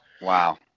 Wow